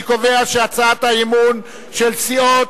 אני קובע שהצעת האי-אמון של סיעות